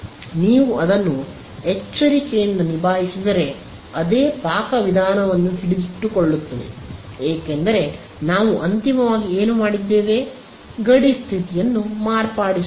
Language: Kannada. ನೀವು ಅದನ್ನು ಎಚ್ಚರಿಕೆಯಿಂದ ನಿಭಾಯಿಸಿದರೆ ಅದೇ ಪಾಕವಿಧಾನವನ್ನು ಹಿಡಿದಿಟ್ಟುಕೊಳ್ಳುತ್ತದೆ ಏಕೆಂದರೆ ನಾವು ಅಂತಿಮವಾಗಿ ಏನು ಮಾಡಿದ್ದೇವೆ ನಾವು ಗಡಿ ಸ್ಥಿತಿಯನ್ನು ಮಾರ್ಪಡಿಸುತ್ತೇವೆ